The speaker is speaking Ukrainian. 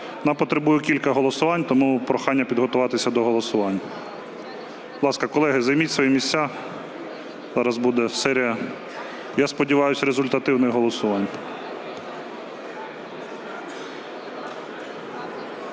Нам потребує кілька голосувань, тому прохання підготуватися до голосування. Будь ласка, колеги, займіть свої місця, зараз буде серія, я сподіваюся, результативних голосувань.